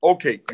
Okay